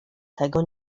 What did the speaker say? tego